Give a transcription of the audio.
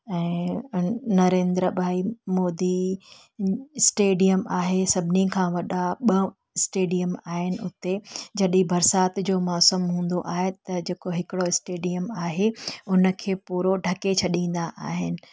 ऐं नरेन्द्र भाई मोदी स्टेडिअम आहे सभिनी खां वॾा ॿ स्टेडिअम आहिनि हुते जॾहिं बरसाति जो मौसमु हूंदो आहे त जेको हिकिड़ो स्टेडिअम आहे उनखे पूरो ढके छॾींदा आहिनि